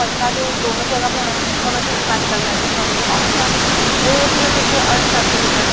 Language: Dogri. पढ़ना ते दोनों जगह् पौना ऐ भामें तू मेडिकल लैंदी ही भामें तू आर्ट्स लैंदी ही एह्दे बिच गै किश शैल करियै कर